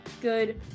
good